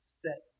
set